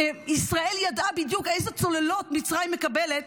ישראל ידעה בדיוק איזה צוללות מצרים מקבלת,